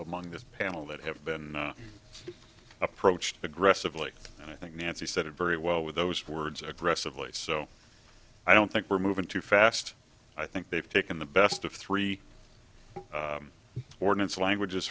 among this panel that have been approached aggressively and i think nancy said it very well with those words aggressively so i don't think we're moving too fast i think they've taken the best of three ordinance languages